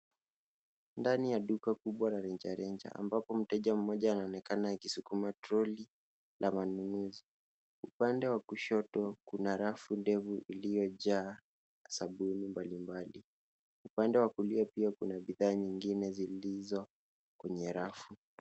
Ndani ya duka kubwa la rejareja ambapo mteja moja anaonekana akisukuma troli na manunuzi. Upande wa kushoto kuna rafu ndefu uliojaa sabuni mbali mbali. Upande wa kulia pia kuna bidhaa nyingine zilizo kwenye rafu.